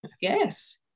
yes